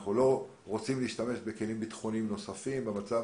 אנחנו לא רוצים להשתמש בכלים ביטחוניים נוספים במצב